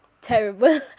terrible